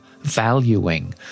valuing